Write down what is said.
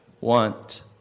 want